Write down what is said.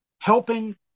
helping